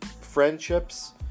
Friendships